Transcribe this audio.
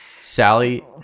Sally